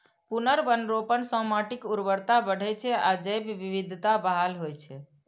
पुनर्वनरोपण सं माटिक उर्वरता बढ़ै छै आ जैव विविधता बहाल होइ छै